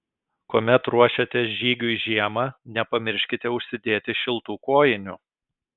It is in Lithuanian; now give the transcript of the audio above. kuomet ruošiatės žygiui žiemą nepamirškite užsidėti šiltų kojinių